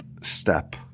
step